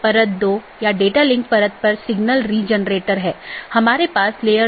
हम बताने की कोशिश कर रहे हैं कि राउटिंग प्रोटोकॉल की एक श्रेणी इंटीरियर गेटवे प्रोटोकॉल है